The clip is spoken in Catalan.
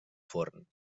forn